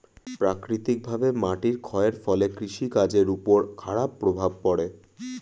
প্রাকৃতিকভাবে মাটির ক্ষয়ের ফলে কৃষি কাজের উপর খারাপ প্রভাব পড়ে